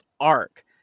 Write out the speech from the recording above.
arc